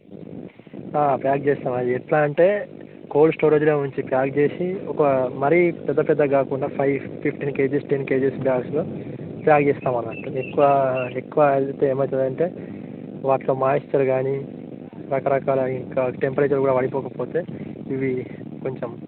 pack చేస్తాం అవి ఎట్లా అంటే కోల్డ్ స్టోరేజ్లో ఉంచి ప్యాక్ చేసి ఒక మరి పెద్ద పెద్దగా కాకుండా five fifteen kgs ten kgs బ్యాగ్స్లో ప్యాక్ చేస్తాం అన్నట్టు ఎక్కువ ఎక్కువ ఎండితే ఏమి అవుతుంది అంటే వాటిలో మాయిశ్చర్ కానీ రకరకాల ఇంకా టెంపరేచర్ కూడా పడిపోకపోతే ఇవి కొంచెం